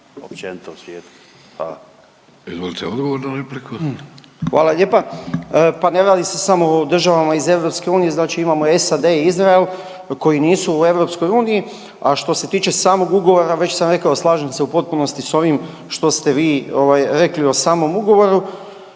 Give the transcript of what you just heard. na repliku. **Nekić, Darko** Hvala lijepa. Pa ne radi se samo o državama iz Europske unije. Znači imamo SAD i Izrael koji nisu u Europskoj uniji. A što se tiče samog ugovora već sam rekao slažem se u potpunosti s ovim što ste vi, ovaj rekli o samom ugovoru.